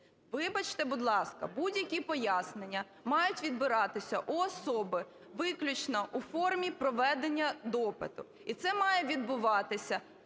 ласка, будь-які пояснення мають відбиратися у особи виключно у формі проведення допиту. І це має відбуватися